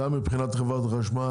גם מבחינת חברת החשמל,